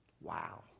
Wow